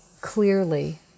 clearly